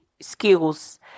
skills